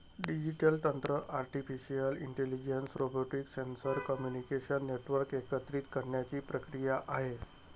digital तंत्र artificial intelligence, robotics, sensor, communication network एकत्रित करण्याची प्रक्रिया आहे